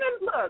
look